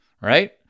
right